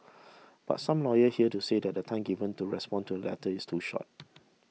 but some lawyers here to say that the time given to respond to the letters is too short